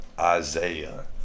Isaiah